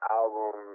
album